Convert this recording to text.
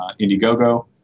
Indiegogo